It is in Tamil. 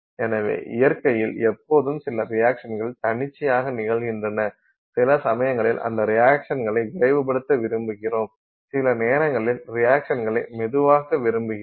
எனவே இயற்கையில் எப்போதும் சில ரியாக்சன்கள் தன்னிச்சையாக நிகழ்கின்றன சில சமயங்களில் அந்த ரியாக்சன்களை விரைவுபடுத்த விரும்புகிறோம் சில நேரங்களில் ரியாக்சன்களை மெதுவாக்க விரும்புகிறோம்